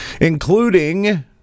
including